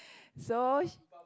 so